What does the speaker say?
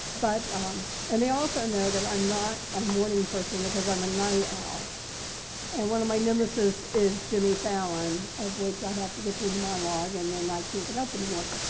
but um and they also know that i'm not a morning person because i'm a night owl and one of my nemesis is jimmy fallon of which i have to get through the monologue and then i can't get up in the morning.